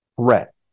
threat